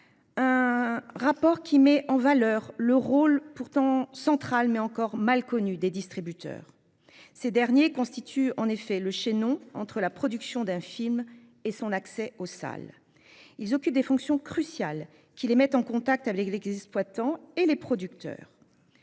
Rapport qui met en valeur le rôle pourtant central mais encore mal connue des distributeurs. Ces derniers constituent en effet le chaînon entre la production d'un film et son accès aux salles ils occupent des fonctions cruciales qui les mettent en contact avec l'église exploitants et les producteurs.